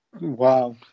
Wow